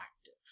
active